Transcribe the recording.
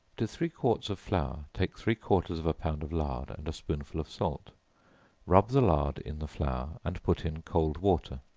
to three quarts of flour take three-quarters of a pound of lard, and a spoonful of salt rub the lard in the flour, and put in cold water,